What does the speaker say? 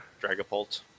Dragapult